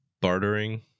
bartering